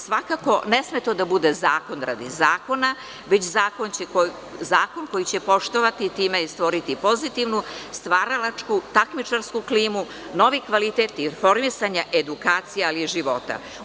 Svakako, ne sme to da bude zakon radi zakona, već zakon koji će poštovati, a time stvoriti pozitivnu stvaralačku, takmičarsku klimu, novi kvalitet informisanja, edukacija, ali života.